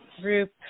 group